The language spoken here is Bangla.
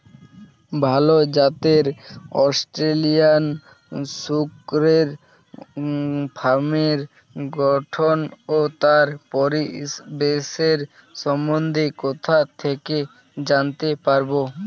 ভাল জাতের অস্ট্রেলিয়ান শূকরের ফার্মের গঠন ও তার পরিবেশের সম্বন্ধে কোথা থেকে জানতে পারবো?